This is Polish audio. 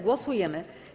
Głosujemy.